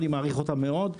ואני מעריך אותם מאוד,